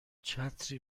چتری